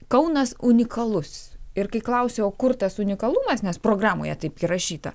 kaunas unikalus ir kai klausiau kur tas unikalumas nes programoje taip įrašyta